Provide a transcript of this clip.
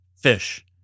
fish